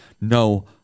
no